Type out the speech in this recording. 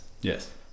yes